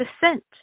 descent